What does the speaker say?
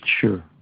Sure